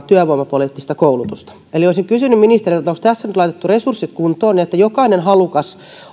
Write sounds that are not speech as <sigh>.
<unintelligible> työvoimapoliittista koulutusta olisin kysynyt ministeriltä onko tässä nyt laitettu resurssit kuntoon että jokainen halukas